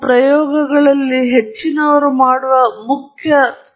ಈ ಪ್ರಾಯೋಗಿಕ ಹಂತಗಳನ್ನು ವಿವರವಾಗಿ ತಿಳಿಸುತ್ತಿಲ್ಲವಾದ್ದರಿಂದ ನೀವು ಅನೇಕ ಪ್ರಾಯೋಗಿಕ ಸೆಟಪ್ಗಳನ್ನು ಕಾಣುವಿರಿ